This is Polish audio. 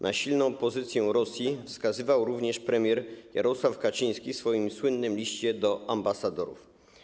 Na silną pozycję Rosji wskazywał również premier Jarosław Kaczyński w swoim słynnym liście do ambasadorów.